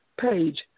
page